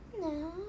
No